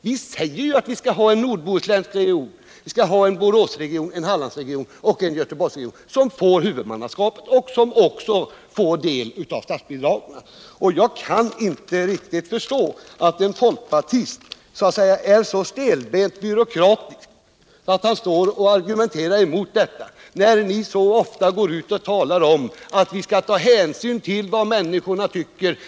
Vi säger ju att vi skall ha en nordbohuslänsk region, en Boråsregion, en Hallandsregion och en Göteborgsregion, som får huvudmannaskapet och som även får del av statsbidraget. Jag kan inte förstå att en folkpartist kan vara så stelbent byråkratisk att han argumenterar mot detta — folkpartisterna talar ju så ofta om att vi skall ha en verklig närdemokrati och ta hänsyn till vad människorna tycker.